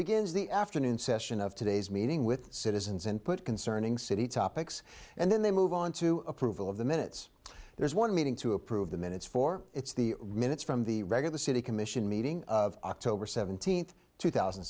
begins the afternoon session of today's meeting with citizens and put concerning city topics and then they move on to approval of the minutes there is one meeting to approve the minutes for it's the minutes from the regular city commission meeting of october seventeenth two thousand